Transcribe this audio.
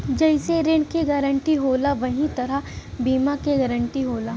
जइसे ऋण के गारंटी होला वही तरह बीमा क गारंटी होला